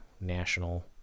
national